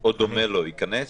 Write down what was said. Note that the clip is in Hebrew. או דומה לו ייכנס?